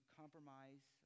compromise